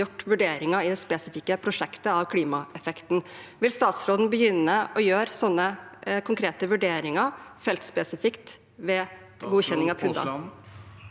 gjort vurderinger i spesifikke prosjekter av klimaeffekten. Vil statsråden begynne å gjøre slike konkrete vurderinger feltspesifikt ved godkjenning av PUD-er?